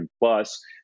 plus